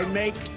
make